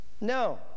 No